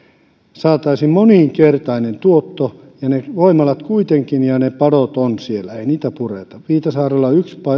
saataisiin moninkertainen tuotto ne voimalat ja padot kuitenkin ovat siellä ei niitä pureta viitasaarella on yksi